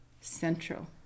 central